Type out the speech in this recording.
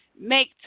make